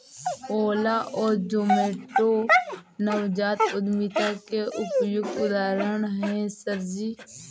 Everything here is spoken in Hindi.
ओला और जोमैटो नवजात उद्यमिता के उपयुक्त उदाहरण है सर जी